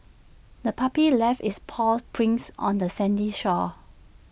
the puppy left its paw prints on the sandy shore